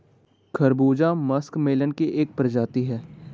खरबूजा मस्कमेलन की एक प्रजाति है